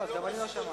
לא, גם אני לא שמעתי.